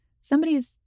somebody's